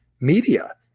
media